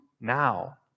now